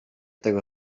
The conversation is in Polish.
tego